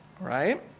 Right